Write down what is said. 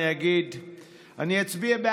אני אתן לך בסוף את 20 השניות האלה.